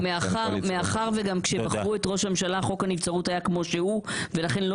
וגם מאחר וגם כשבחרו את ראש הממשלה חוק הנבצרות היה כמו שהוא ולכן לא